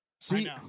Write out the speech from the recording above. See